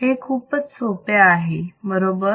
हे खूपच सोपे आहे बरोबर